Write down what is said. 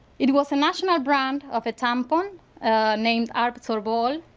it was a national brand of a tampon named ah absorbol,